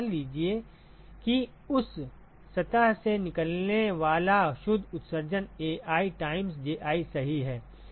तो मान लीजिए कि उस सतह से निकलने वाला शुद्ध उत्सर्जन Ai टाइम्स Ji सही है